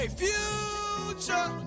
future